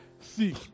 See